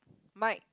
mic